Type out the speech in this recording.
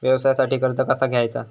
व्यवसायासाठी कर्ज कसा घ्यायचा?